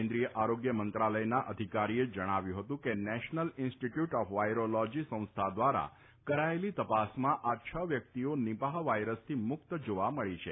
કેન્દ્રીય આરોગ્ય મંત્રાલયના અધિકારીએ જણાવ્યું હતું કે નેશનલ ઇન્સ્ટિટચુટ ઓફ વાયરોલોજી સંસ્થા દ્વારા કરાયેલી તપાસમાં આ છ વ્યક્તિઓ નીપાહ વાયરસથી મુક્ત જોવા મળી છે